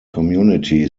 community